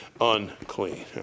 unclean